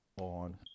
on